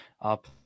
up